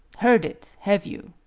heard it, have you?